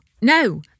no